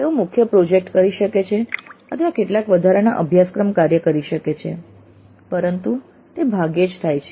તેઓ મુખ્ય પ્રોજેક્ટ કરી શકે છે અથવા કેટલાક વધારાના અભ્યાસક્રમ કાર્ય કરી શકે છે પરંતુ તે ભાગ્યે જ થાય છે